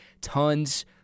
tons